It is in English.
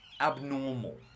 abnormal